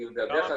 דרך אגב,